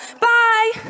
Bye